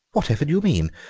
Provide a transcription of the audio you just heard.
whatever do you mean?